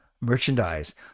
merchandise